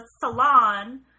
Salon